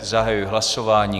Zahajuji hlasování.